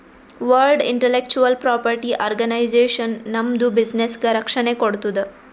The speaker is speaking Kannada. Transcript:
ವರ್ಲ್ಡ್ ಇಂಟಲೆಕ್ಚುವಲ್ ಪ್ರಾಪರ್ಟಿ ಆರ್ಗನೈಜೇಷನ್ ನಮ್ದು ಬಿಸಿನ್ನೆಸ್ಗ ರಕ್ಷಣೆ ಕೋಡ್ತುದ್